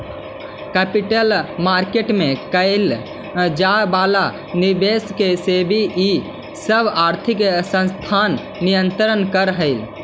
capital market में कैइल जाए वाला निवेश के सेबी इ सब आर्थिक संस्थान नियंत्रित करऽ हई